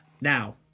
Now